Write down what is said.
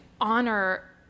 honor